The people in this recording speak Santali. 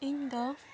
ᱤᱧ ᱫᱚ